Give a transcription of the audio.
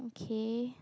okay